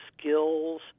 skills